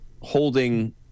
holding